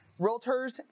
realtors